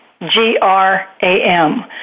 G-R-A-M